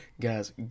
guys